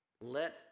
Let